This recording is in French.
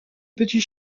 petit